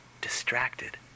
distracted